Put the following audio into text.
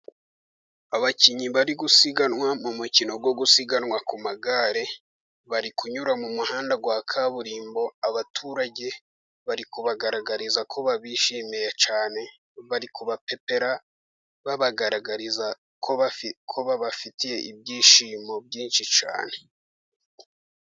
Abakinnyi bari gusiganwa mu mukino wo gusiganwa ku magare. Bari kunyura mu muhanda wa kaburimbo. Abaturage bari kubagaragariza ko babishimiye cyane, bari kubapepera babagaragariza ko babafitiye ibyishimo byinshi cyane